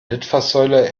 litfaßsäule